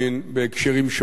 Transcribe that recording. בהקשרים שונים.